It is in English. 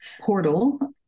Portal